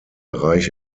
reich